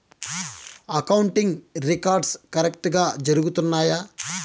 accounting records కరెక్టుగా జరుగుతున్నాయా